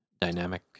dynamic